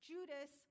Judas